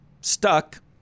stuck